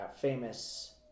famous